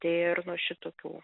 ir nuo šitokių